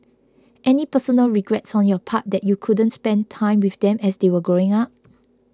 any personal regrets on your part that you couldn't spend time with them as they were growing up